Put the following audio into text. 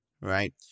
right